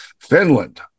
Finland